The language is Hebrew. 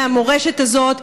מהמורשת הזאת,